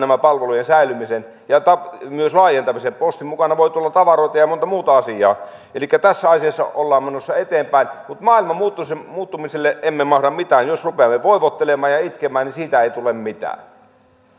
näiden palvelujen säilymisen ja myös laajentamisen postin mukana voi tulla tavaroita ja monta muuta asiaa tässä asiassa ollaan menossa eteenpäin maailma muuttuu sen muuttumiselle emme mahda mitään jos rupeamme voivottelemaan ja itkemään niin siitä ei tule mitään